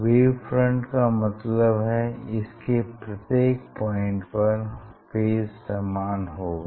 wave front का मतलब है इसके प्रत्येक पॉइंट पर फेज समान होगा